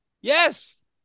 Yes